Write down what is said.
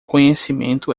conhecimento